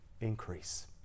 Increase